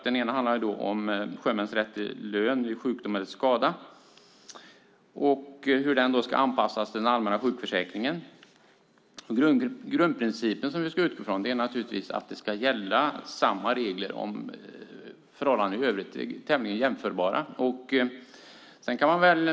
Den ena handlar om sjömäns rätt till lön vid sjukdom eller skada och hur det ska anpassas till den allmänna sjukförsäkringen. Grundprincipen som vi ska utgå från är att samma regler ska gälla om förhållandena är tämligen jämförbara.